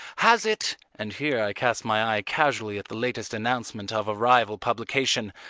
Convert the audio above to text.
has it, and here i cast my eye casually at the latest announcement of a rival publication,